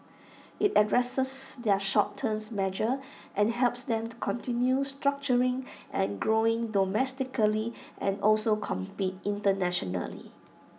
IT addresses their short terms measures and helps them to continue structuring and growing domestically and also compete internationally